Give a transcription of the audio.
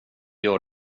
gör